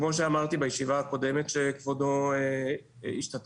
כמו שאמרתי בישיבה הקודמת שכבודו השתתף